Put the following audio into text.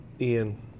Ian